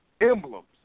emblems